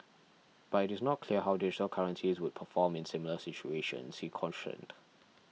but it is not clear how digital currencies would perform in similar situations he cautioned